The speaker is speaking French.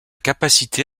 capacité